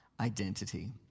Identity